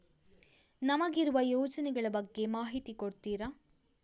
ನಮಗಿರುವ ಯೋಜನೆಗಳ ಬಗ್ಗೆ ಮಾಹಿತಿ ಕೊಡ್ತೀರಾ?